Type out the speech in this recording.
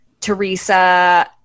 Teresa